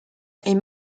est